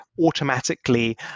automatically